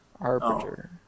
Arbiter